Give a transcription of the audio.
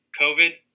COVID